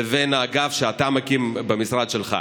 לבין האגף שאתה מקים במשרד שלך.